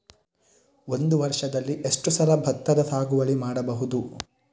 ಒಂದು ವರ್ಷದಲ್ಲಿ ಎಷ್ಟು ಸಲ ಭತ್ತದ ಸಾಗುವಳಿ ಮಾಡಬಹುದು?